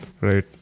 right